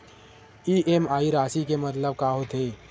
EMI राशि के मतलब का होथे?